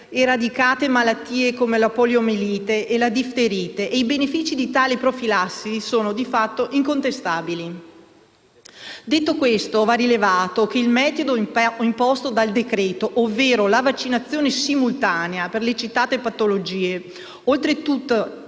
eradicate malattie come la poliomielite e la difterite e i benefici di tali profilassi sono di fatto incontestabili. Detto questo, va rilevato che il metodo imposto dal decreto-legge, ovvero la vaccinazione simultanea per le citate patologie, oltretutto